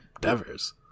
Devers